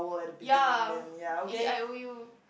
ya A_E_I_O_U